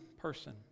person